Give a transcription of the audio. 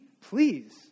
please